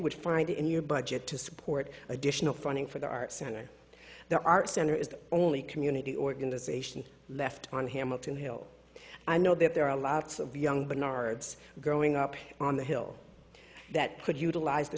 would find in your budget to support additional funding for the arts center their art center is the only community organization left on hamilton hill i know that there are lots of young been ards growing up on the hill that could utilize the